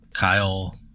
Kyle